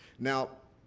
now,